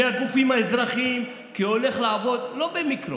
מהגופים האזרחיים, כי הולך לעבור, לא במיקרו,